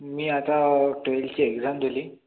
मी आता ट्वेल्थची एक्झाम दिली